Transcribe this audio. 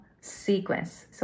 sequence